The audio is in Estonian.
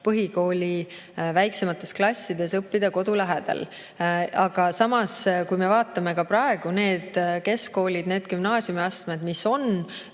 põhikooli väiksemates klassides õppida kodu lähedal. Aga samas, kui me vaatame neid keskkoole, neid gümnaasiumiastmeid, mis on